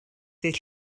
dydd